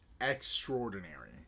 Extraordinary